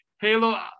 Halo